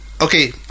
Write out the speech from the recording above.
Okay